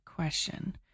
question